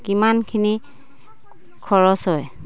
কিমানখিনি খৰচ হয়